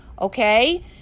Okay